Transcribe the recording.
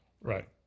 Right